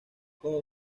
como